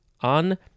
on